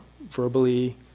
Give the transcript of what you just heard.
verbally